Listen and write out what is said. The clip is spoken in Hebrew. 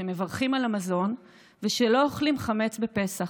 שמברכים על המזון ושלא אוכלים חמץ בפסח.